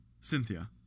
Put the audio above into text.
Cynthia